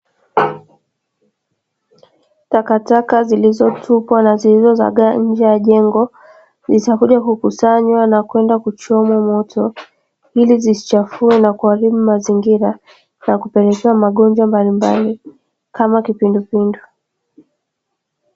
Takataka zilizotupwa na zilizo zagaa nche ya jengo zitakuja kukusanywa na kwenda kutupwa jalalani ili kuepusha magonjwa mengine kama kipindupindu